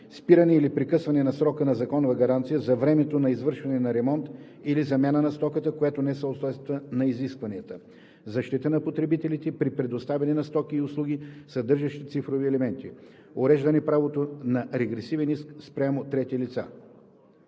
Спиране или прекъсване на срока на законова гаранция за времето на извършване на ремонт или замяна на стоката, която не съответства на изискванията. - Защита на потребителите при предоставяне на стоки и услуги, съдържащи цифрови елементи. - Уреждане правото на регресен иск спрямо трети лица.